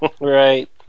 Right